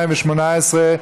התשע"ט 2018,